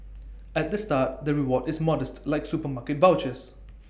at the start the reward is modest like supermarket vouchers